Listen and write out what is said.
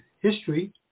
history